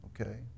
okay